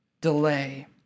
delay